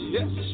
Yes